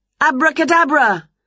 Abracadabra